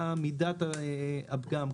מה מידת הפגם,